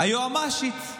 היועמ"שית.